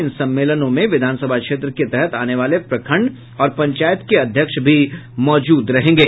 इन सम्मेलनों में विधानसभा क्षेत्र के तहत आने वाले प्रखंड और पंचायत के अध्यक्ष भी मौजूद रहेंगे